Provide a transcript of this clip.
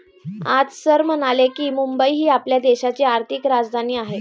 आज सर म्हणाले की, मुंबई ही आपल्या देशाची आर्थिक राजधानी आहे